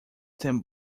then